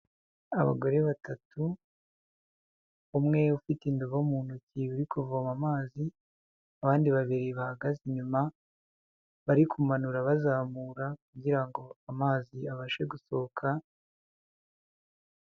Abagore batatu umwe ufite indobo mu ntoki uri kuvoma amazi, abandi babiri bahagaze inyuma, bari kumanura, bazamura kugira ngo amazi abashe gusohoka.